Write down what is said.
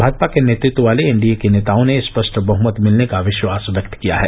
भाजपा के नेतृत्व वाले एनडीए के नेताओं ने स्पष्ट बहुमत मिलने का विश्वास व्यक्त किया है